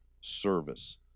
service